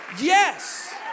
yes